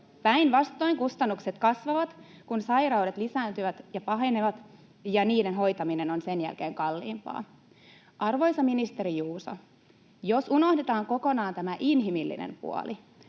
Päinvastoin, kustannukset kasvavat, kun sairaudet lisääntyvät ja pahenevat, ja niiden hoitaminen on sen jälkeen kalliimpaa. Arvoisa ministeri Juuso, jos unohdetaan kokonaan tämä inhimillinen puoli,